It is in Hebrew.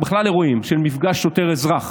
ובכלל באירועים של מפגש שוטר אזרח,